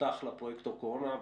אותך לפרויקטור קורונה,